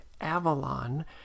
Avalon